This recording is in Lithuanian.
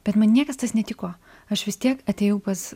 bet man niekas tas netiko aš vis tiek atėjau pas